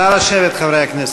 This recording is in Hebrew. נא לשבת, חברי הכנסת.